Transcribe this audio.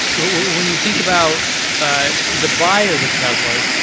when you think about ah the buyers of teslas,